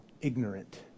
ignorant